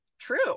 true